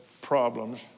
problems